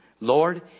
Lord